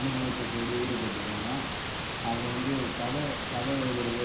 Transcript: அனுபவத்தைத் தேடி ஈடுபட்டிருந்தேன் அப்புறம் வந்து கதை கதை எழுதுவது